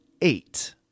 eight